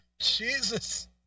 Jesus